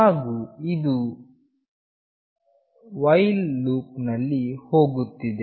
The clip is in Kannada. ಹಾಗು ಇದು ವೈಲ್ ಲೂಪ್ ನಲ್ಲಿ ಹೋಗುತ್ತಿದೆ